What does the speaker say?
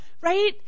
Right